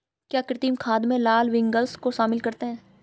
क्या कृमि खाद में लाल विग्लर्स को शामिल करते हैं?